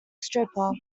stripper